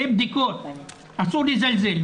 אסור לזלזל.